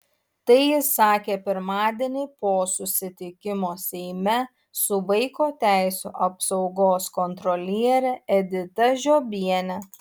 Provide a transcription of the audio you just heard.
tai jis sakė pirmadienį po susitikimo seime su vaiko teisių apsaugos kontroliere edita žiobiene